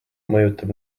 mõjutab